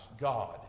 God